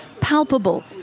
palpable